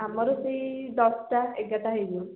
ଆମର ସେଇ ଦଶଟା ଏଗାରଟା ହେଇଯିବ